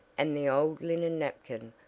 and the old linen napkin,